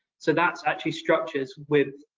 so that's actually structures with,